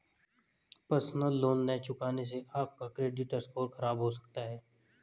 personal loan न चुकाने से आप का क्रेडिट स्कोर खराब हो सकता है